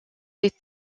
des